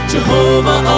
Jehovah